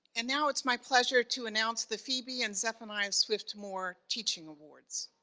and now it's my pleasure to announce the phoebe and zephaniah swift moore teaching awards.